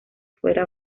fuera